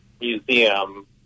museum